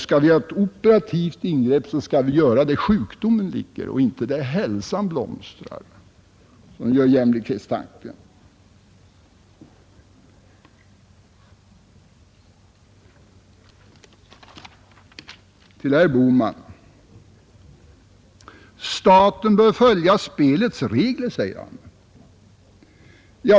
Skall vi göra ett operativt ingrepp, skall vi göra det där sjukdomen sitter och inte där hälsan blomstrar. Det gör jämlikhetstanken. Herr Bohman anser att staten skall följa spelets regler.